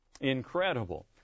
incredible